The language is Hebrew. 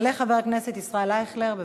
יעלה חבר הכנסת ישראל אייכלר.